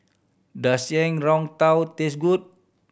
does yang tang taste good